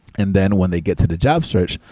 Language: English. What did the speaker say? and then when they get through the job search,